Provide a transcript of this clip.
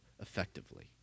effectively